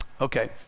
Okay